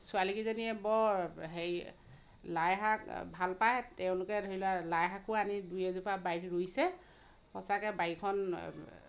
ছোৱালীকিজনীয়ে বৰ হেৰি লাইশাক ভাল পায় তেওঁলোকে ধৰি লোৱা লাই শাকো আনি দুই এজোপা বাৰীত ৰুইছে সঁচাকে বাৰীখন